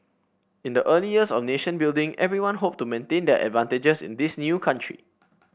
in the early years of nation building everyone hoped to maintain their advantages in this new country